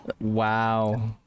wow